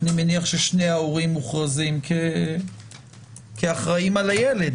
אני מניח ששני ההורים מוכרזים כאחראים על הילד.